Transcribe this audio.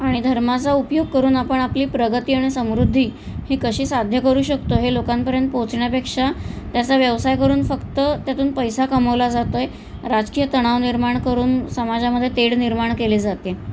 आणि धर्माचा उपयोग करून आपण आपली प्रगती आणि समृद्धी ही कशी साध्य करू शकतो हे लोकांपर्यंत पोहोचण्यापेक्षा त्याचा व्यवसाय करून फक्त त्यातून पैसा कमवला जातो आहे राजकीय तणाव निर्माण करून समाजामध्ये तेढ निर्माण केली जाते